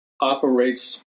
operates